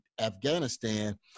Afghanistan